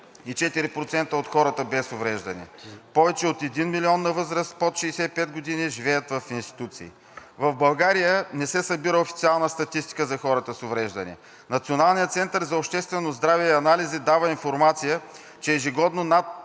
с 44% от хората без увреждания; – повече от един милион на възраст под 65 г. живеят в институции. В България не се събира официална статистика за хората с увреждания. Националният център за обществено здраве и анализи дава информация, че ежегодно над